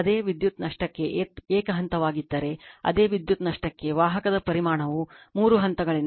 ಅದೇ ವಿದ್ಯುತ್ ನಷ್ಟಕ್ಕೆ ಏಕ ಹಂತವಾಗಿದ್ದರೆ ಅದೇ ವಿದ್ಯುತ್ ನಷ್ಟಕ್ಕೆ ವಾಹಕದ ಪರಿಮಾಣವು ಮೂರು ಹಂತಗಳಿಗಿಂತ 33